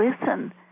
listen